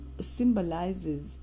symbolizes